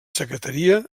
secretaria